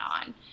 on